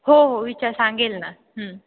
हो हो विचार सांगेल ना